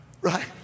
Right